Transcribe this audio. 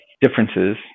differences